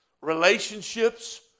relationships